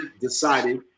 decided